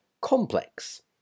complex